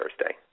Thursday